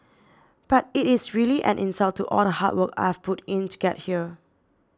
but it is really an insult to all the hard work I've put in to get here